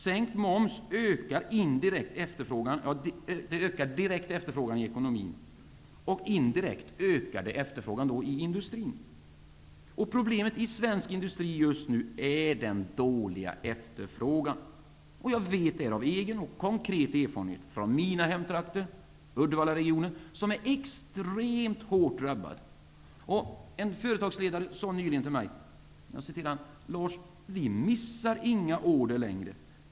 Sänkt moms innebär direkt en ökad efterfrågan i ekonomin och indirekt en ökad efterfrågan i industrin. Problemet för svensk industri just nu är den dåliga efterfrågan. Det vet jag av egna erfarenheter från mina hemtrakter - Uddevallaregionen, som är extremt hårt drabbad. Nyligen sade en företagsledare till mig: Lars, vi missar inga order längre.